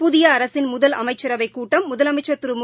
புதிய அரசின் முதல் அமைச்சரவைக் கூட்டம் முதலமைச்சர் திரு மு